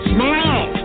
Smile